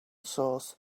source